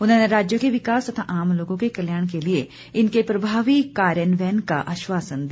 उन्होंने राज्य के विकास तथा आम लोगों के कल्याण के लिए इनके प्रभावी कार्यान्वयन का आश्वासन दिया